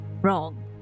wrong